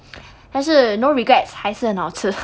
还是 no regrets 还是很好吃